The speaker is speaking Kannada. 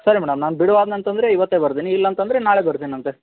ಸರಿ ಮೇಡಮ್ ನಾನು ಬಿಡುವಾದ್ನು ಅಂತಂದರೆ ಇವತ್ತೇ ಬರ್ತೀನಿ ಇಲ್ಲ ಅಂತ ಅಂದರೆ ನಾಳೆ ಬರ್ತೀನಿ ಅಂತೆ